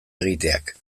egiteak